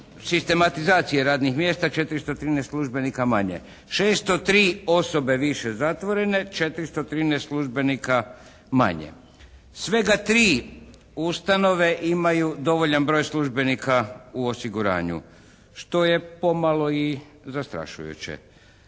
sistematizacije radnih mjesta. 413 službenika manje. 603 osobe više zatvorene. 413 službenika manje. Svega 3 ustanove imaju dovoljan broj službenika u osiguranju što je pomalo i zastrašujuće.